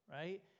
right